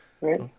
right